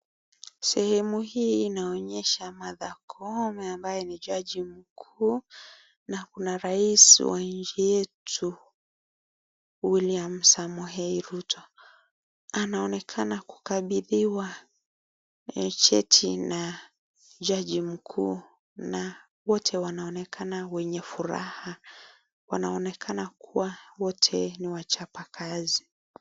Sehemu hii inaonyesha Martha Koome ambaye ni jaji mkuu na kuna rais wa nchi yetu William Samoei Ruto. Anaonekana kukabidhiwa cheti na jaji mkuu na wote wanaonekana wenye furaha. Wanaonekana kuwa wote ni wachapa kazi.